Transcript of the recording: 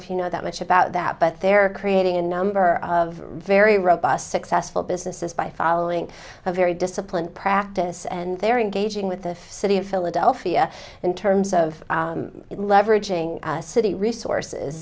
if you know that much about that but they're creating a number of very robust successful businesses by following a very disciplined practice and they are engaging with the city of philadelphia in terms of leveraging city resources